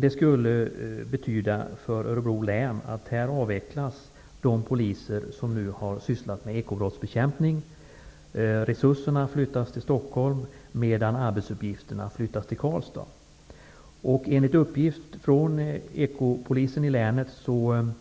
Den skulle betyda att ekopoliserna i Örebro län avvecklas. Resurserna flyttas till Stockholm medan arbetsuppgifterna flyttas till Karlstad. Enligt uppgift från ekopolisen i Örebro län